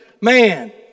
Man